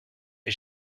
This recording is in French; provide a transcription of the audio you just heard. est